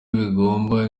bigomba